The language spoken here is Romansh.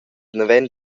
naven